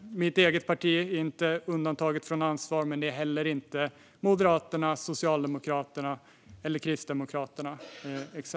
Mitt eget parti är som sagt inte undantaget från ansvar, men det är heller inte till exempel Moderaterna, Socialdemokraterna och Kristdemokraterna.